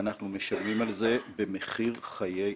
ואנחנו משלמים על זה במחיר חיי אדם.